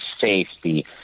safety